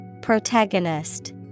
Protagonist